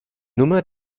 nummer